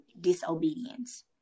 disobedience